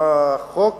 עם חוק